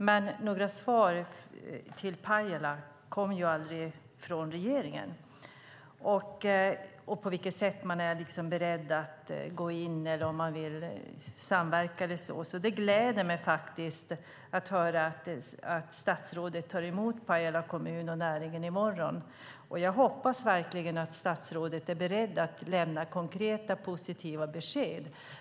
Men några svar till Pajala kom aldrig från regeringen om på vilket sätt man är beredd att gå in eller samverka, så det gläder mig faktiskt att höra att statsrådet tar emot Pajala kommun och näringen i morgon. Jag hoppas verkligen att statsrådet är beredd att lämna konkreta, positiva besked.